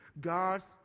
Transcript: God's